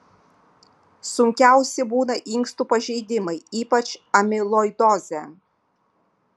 sunkiausi būna inkstų pažeidimai ypač amiloidozė